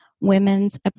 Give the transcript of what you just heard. women's